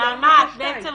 לא אחת ולא